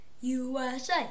USA